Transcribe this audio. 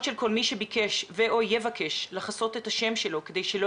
של כל מי שביקש ו/או יבקש לחסות את השם שלו כדי שלא